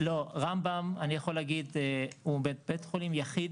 רמב"ם הוא בית חולים יחיד,